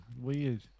weird